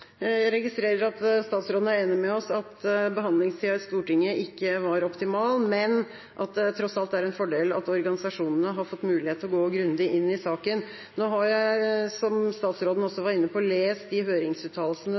Jeg registrerer at statsråden er enig med oss i at behandlingstida i Stortinget ikke var optimal, men at det tross alt er en fordel at organisasjonene har fått mulighet til å gå grundig inn i saken. Nå har jeg, som statsråden også var inne på, lest de høringsuttalelsene